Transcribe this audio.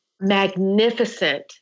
magnificent